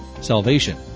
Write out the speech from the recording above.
salvation